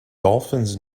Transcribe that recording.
dolphins